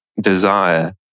desire